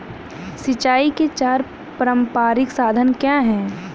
सिंचाई के चार पारंपरिक साधन क्या हैं?